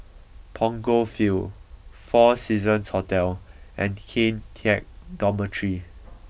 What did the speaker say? Punggol Field Four Seasons Hotel and Kian Teck Dormitory